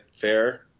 Fair